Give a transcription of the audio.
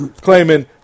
claiming